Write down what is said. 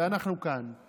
ואנחנו כאן,